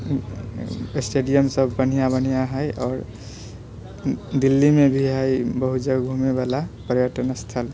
stadium सब बढ़िआँ बढ़िआँ है आओर दिल्लीमे भी है बहुत जगह घुमैवला पर्यटन स्थल